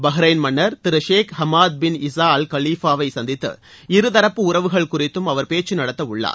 Bahrain மன்னா் திரு Sheikh Hamad bin Isa Al கலிஃபாவை சந்தித்து இருதரப்பு உறவுகள் குறித்தும் அவர் பேச்சு நடத்த உள்ளார்